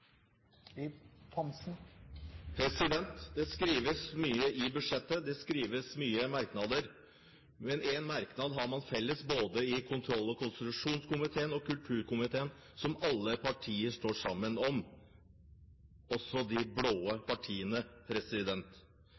blir replikkordskifte. Det skrives mye i budsjettet. Det skrives mange merknader. Kontroll- og konstitusjonskomiteen og kulturkomiteen har en merknad som alle partier står sammen om, også